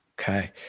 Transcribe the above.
Okay